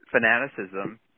fanaticism